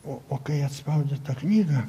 o o kai atspaudi tą knygą